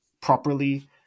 properly